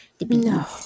no